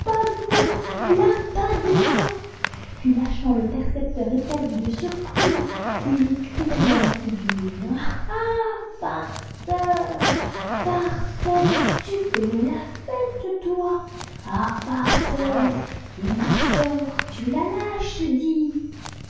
padoie puis lâchant le percepteur éperdu de surprise il lui cria dans la figure ah ah ah farceur farceur tu fais donc la fête toi ah farceur et ma soeur tu la lâches dis